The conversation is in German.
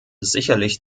sicherlich